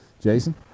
Jason